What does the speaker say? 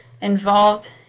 involved